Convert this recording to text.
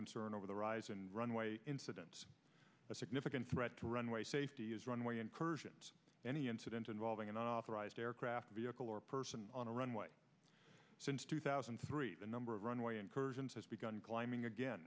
concern over the rise and runway incidents a significant threat to runway safety is runway incursions any incident involving an unauthorized aircraft vehicle or person on a runway since two thousand and three the number of runway incursions has begun climbing again